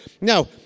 Now